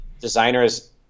designers